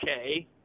okay